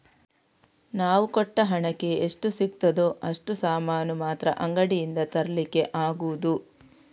ನಾವು ಕೊಟ್ಟ ಹಣಕ್ಕೆ ಎಷ್ಟು ಸಿಗ್ತದೋ ಅಷ್ಟು ಸಾಮಾನು ಮಾತ್ರ ಅಂಗಡಿಯಿಂದ ತರ್ಲಿಕ್ಕೆ ಆಗುದು